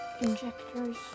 injectors